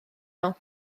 nhw